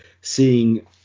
seeing